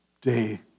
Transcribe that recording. day